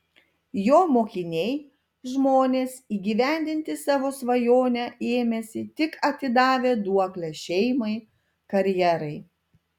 jo mokiniai žmonės įgyvendinti savo svajonę ėmęsi tik atidavę duoklę šeimai karjerai